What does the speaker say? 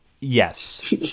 Yes